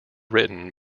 written